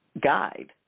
guide